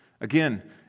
Again